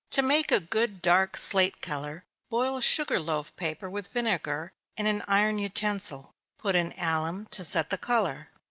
to make a good dark slate color, boil sugar-loaf paper with vinegar, in an iron utensil put in alum to set the color.